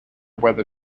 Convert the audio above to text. weather